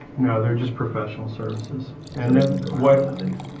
no they're just professional services and whether this